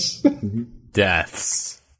Deaths